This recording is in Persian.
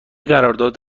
قرارداد